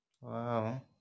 wow